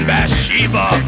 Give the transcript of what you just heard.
Bathsheba